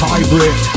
Hybrid